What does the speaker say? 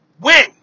win